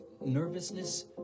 nervousness